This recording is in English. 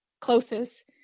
closest